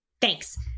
Thanks